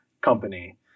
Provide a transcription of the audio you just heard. company